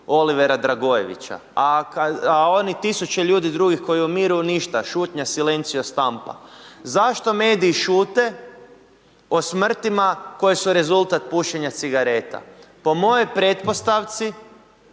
Oliver Dragojevića a onih 1000 ljudi drugih koji umiru, ništa, šutnja, silencio stampa. Zašto mediji šute o smrtima koje su rezultat pušenja cigareta? Po mojoj pretpostavci